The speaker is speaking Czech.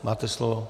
Máte slovo.